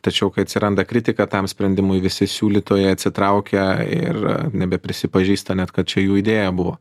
tačiau kai atsiranda kritika tam sprendimui visi siūlytojai atsitraukia ir nebeprisipažįsta net kad čia jų idėja buvo